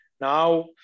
Now